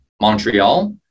Montreal